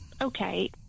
okay